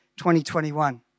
2021